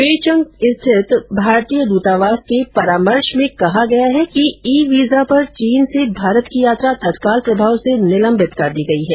Beijing स्थित भारतीय दूतावास के परामर्श में कहा गया है कि ई वीजा पर चीन से भारत की यात्रा तत्काल प्रभाव से निलंबित कर दी गई है